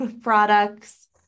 products